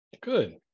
Good